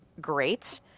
great